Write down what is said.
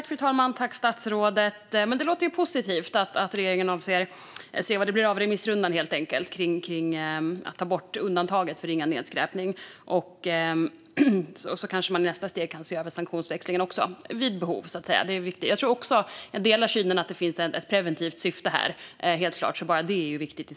Fru talman! Det låter positivt att regeringen avser att se vad remissrundan ger om att ta bort undantaget för ringa nedskräpning. Kanske kan man i nästa steg se över sanktionsväxling vid behov. En signal till människor i preventivt syfte är viktigt.